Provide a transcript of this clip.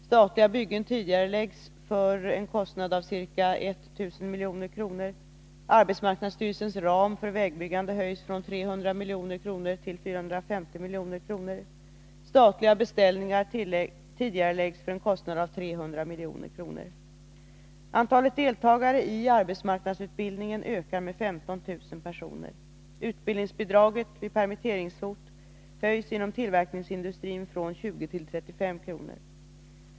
Statliga byggen tidigareläggs för en kostnad av ca 1 000 milj.kr. Arbetsmarknadsstyrelsens ram för vägbyggande höjs från 300 milj.kr. till 450 milj.kr. Statliga beställningar tidigareläggs för en kostnad av 300 milj.kr. Antalet deltagare i arbetsmarknadsutbildning ökar med 15 000 personer. Utbildningsbidraget vid permitteringshot höjs inom tillverkningsindustrin från 20 kr. till 35 kr.